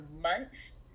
months